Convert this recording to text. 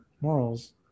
morals